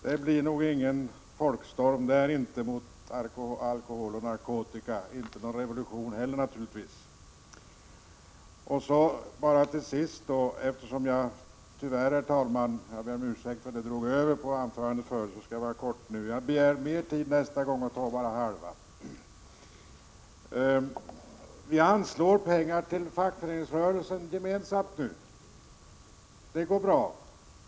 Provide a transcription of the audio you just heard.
Det blir nog inte någon folkstorm mot alkohol och narkotika från det hållet inte! Inte någon revolution heller naturligtvis! Till sist, herr talman, ber jag om ursäkt för att jag drog över taletiden i min förra replik. Jag skall fatta mig kort nu. Jag kommer att begära mer tid nästa gång och bara ta halva den tiden i anspråk. Vi anslår nu gemensamt pengar till fackföreningsrörelsen. Det går bra.